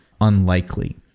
unlikely